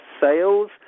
sales